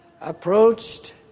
approached